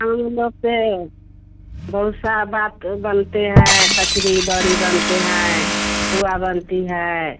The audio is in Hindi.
हम लोग से बहुत सा बात बनते हैं कचरी बड़ी बनते हैं पुआ बनती है